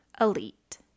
elite